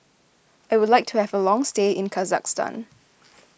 I would like to have a long stay in Kazakhstan